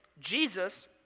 jesus